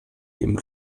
dem